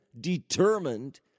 determined